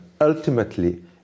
ultimately